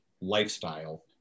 lifestyle